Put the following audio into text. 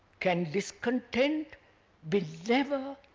can discontent but never